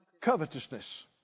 covetousness